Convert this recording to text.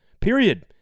Period